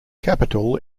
capital